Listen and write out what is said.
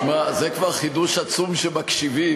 שמע, זה כבר חידוש עצום שמקשיבים.